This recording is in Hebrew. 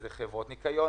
חברות ניקיון,